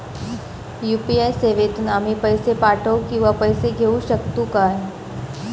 UPI सेवेतून आम्ही पैसे पाठव किंवा पैसे घेऊ शकतू काय?